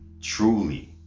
truly